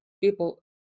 people